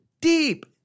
deep